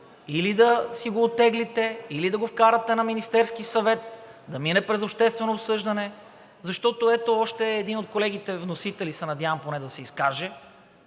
или да си го оттеглите, или да го вкарате на Министерски съвет да мине през обществено обсъждане. Надявам се поне още един от колегите вносители да се изкаже